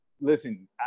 listen